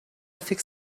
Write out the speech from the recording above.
fix